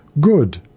Good